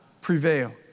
prevail